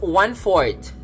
one-fourth